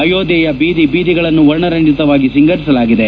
ಅಯೋಧ್ಲೆಯ ಬೀದಿ ಬೀದಿಗಳನ್ನು ವರ್ಣರಂಜತವಾಗಿ ಸಿಂಗರಿಸಲಾಗಿದೆ